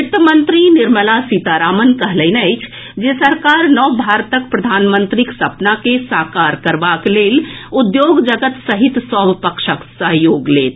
वित्त मंत्री निर्मला सीतारामन कहलनि अछि जे सरकार नव भारतक प्रधानमंत्रीक सपना के साकार करबाक लेल उद्योग जगत सहित सभ पक्षक सहयोग लेत